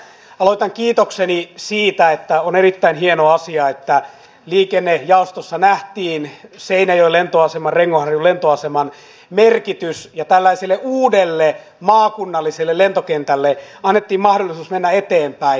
aloitan kiitokseni siitä että on erittäin hieno asia että liikennejaostossa nähtiin seinäjoen lentoaseman rengonharjun lentoaseman merkitys ja tällaiselle uudelle maakunnalliselle lentokentälle annettiin mahdollisuus mennä eteenpäin